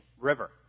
river